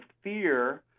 fear